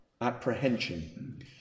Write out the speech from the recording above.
apprehension